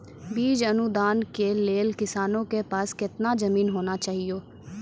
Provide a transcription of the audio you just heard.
बीज अनुदान के लेल किसानों के पास केतना जमीन होना चहियों?